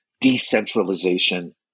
decentralization